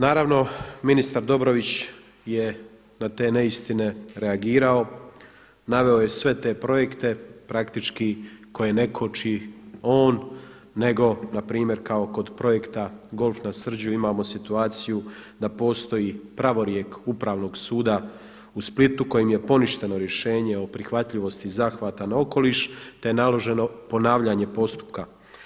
Naravno ministar Dobrović je na te neistine reagirao, naveo je sve te projekte, praktički koje ne koči on nego npr. kao kod projekta Golf na Srđu imamo situaciju da postoji pravorijek Upravnog suda u Splitu kojim je poništeno rješenje o prihvatljivosti zahvata na okoliš te je naloženo ponavljanje postupka.